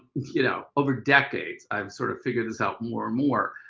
you know, over decades i've sort of figured this out more and more.